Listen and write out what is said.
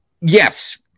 Yes